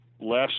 less